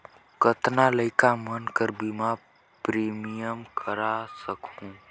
कतना लइका मन कर बीमा प्रीमियम करा सकहुं?